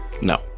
No